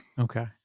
Okay